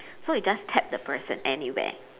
so you just tap the person anywhere